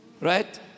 Right